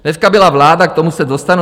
Dneska byla vláda k tomu se dostanu.